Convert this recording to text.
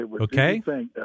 Okay